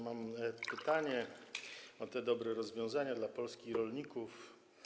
Mam pytanie o dobre rozwiązania dla Polski i rolników.